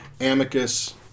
amicus